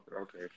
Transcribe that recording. Okay